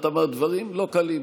את אמרת דברים לא קלים,